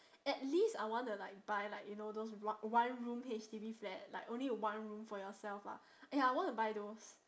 at least I want to like buy like you know those o~ one room H_D_B flat like only one room for yourself lah eh I want to buy those